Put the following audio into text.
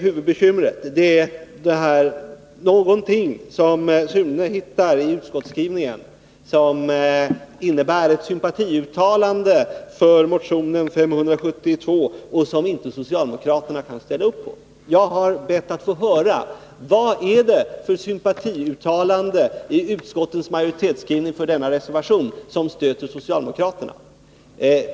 Huvudbekymret är någonting som Sune Johansson hittar i utskottets skrivning och som innebär ett sympatiuttalande för motionen 572, något som socialdemokraterna inte kan ställa upp på. Jag har bett att få höra vad det är för sympatiuttalande för denna motion i utskottets majoritetsskrivning som stöter socialdemokraterna.